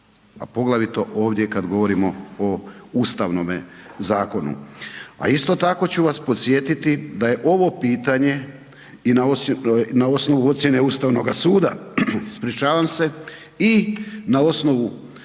poglavito ovdje kada govorimo o ustavnome zakonu. A isto tako ću vas podsjetiti da je ovo pitanje i na osnovu ocjene Ustavnoga suda, ispričavam se, i na osnovu